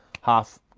half